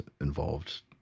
involved